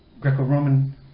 Greco-Roman